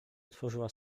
otworzyła